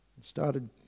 started